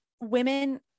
women